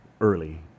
early